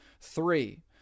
three